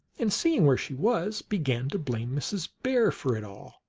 and, seeing where she was, began to blame mrs. bear for it all,